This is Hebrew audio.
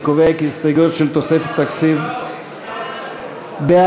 בדבר תוספת תקציב לא נתקבלו.